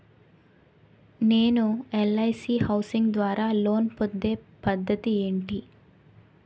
నేను LIC housing ద్వారా loan పొందే పద్ధతి ఏంటి?